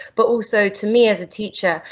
but also to me as a teacher,